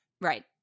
Right